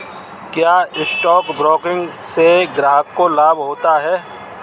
क्या stock broking से ग्राहक को लाभ होता है?